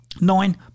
Nine